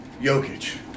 Jokic